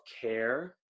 care